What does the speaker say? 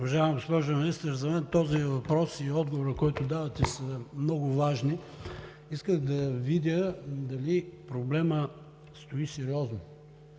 Уважаема госпожо Министър, за мен този въпрос и отговорът, който давате, са много важни. Исках да видя дали проблемът стои сериозно